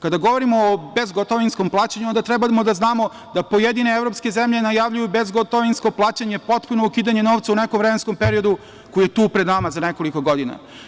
Kada govorimo o bezgotovinskom plaćanju, onda treba da znamo da pojedine evropske zemlje najavljuju bezgotovinsko plaćanje, potpuno ukidanje novca u nekom vremenskom periodu koji je tu pred nama za nekoliko godina.